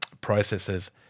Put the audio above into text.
processes